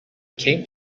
came